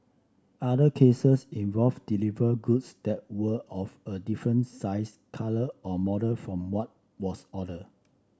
other cases involved delivered goods that were of a different size colour or model from what was ordered